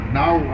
now